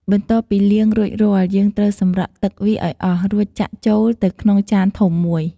បន្ទាប់ពីលាងរួចរាល់ យើងត្រូវសម្រក់ទឹកវាឱ្យអស់ រួចចាក់ចូលទៅក្នុងចានធំមួយ។